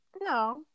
No